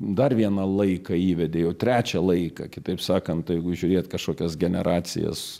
dar vieną laiką įvedei o trečią laiką kitaip sakant jeigu žiūrėt kažkokias generacijas